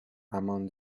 among